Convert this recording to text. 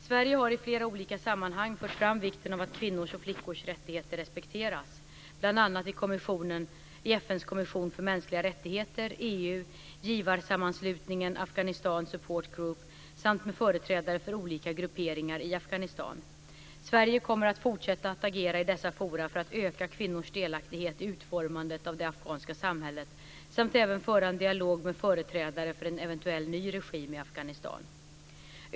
Sverige har i flera olika sammanhang fört fram vikten av att kvinnors och flickors rättigheter respekteras, bl.a. i FN:s kommission för mänskliga rättigheter, EU, givarsammanslutningen Afhanistan Support Group samt med företrädare för olika grupperingar i Afghanistan. Sverige kommer att fortsätta att agera i dessa fora för att öka kvinnors delaktighet i utformandet av det afghanska samhället samt även föra en dialog med företrädare för en eventuell ny regim i Afghanistan.